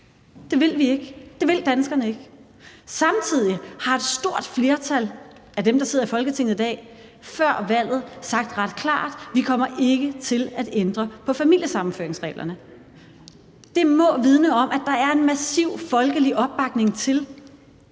det vil vi ikke, det vil danskerne ikke. Samtidig har et stort flertal af dem, der sidder i Folketinget i dag, før valget sagt ret klart: Vi kommer ikke til at ændre på familiesammenføringsreglerne. Det må vidne om, at der er en massiv folkelig opbakning til